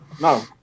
No